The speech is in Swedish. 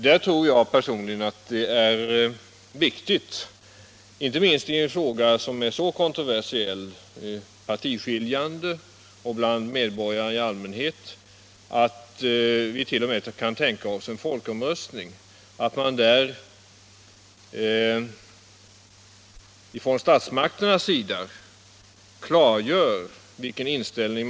Jag tror personligen att det är viktigt, inte minst i en fråga som är kontroversiell bland medborgarna och partiskiljande, att kunna tänka sig en folkomröstning och att statsmakterna där klargör sin inställning.